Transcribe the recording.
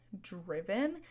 driven